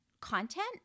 content